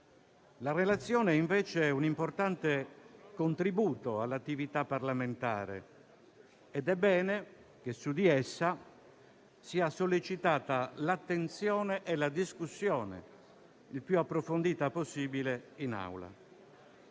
La relazione invece è un importante contributo all'attività parlamentare ed è bene che su di essa sia sollecitata l'attenzione e la discussione, il più approfondita possibile, in Aula.